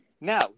now